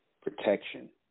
protection